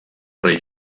rei